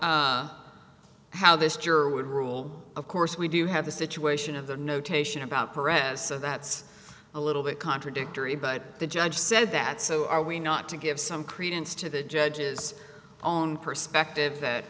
how how this juror would rule of course we do have the situation of the notation about forevers so that's a little bit contradictory but the judge said that so are we not to give some credence to the judge's own perspective that